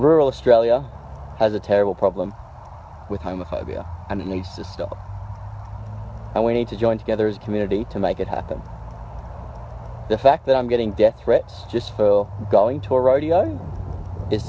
rural australia has a terrible problem with homophobia and needs to stop and we need to join together as a community to make it happen the fact that i'm getting death threats just for going to a rodeo